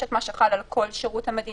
יש את מה שחל על כל שירות המדינה,